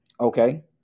Okay